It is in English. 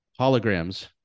holograms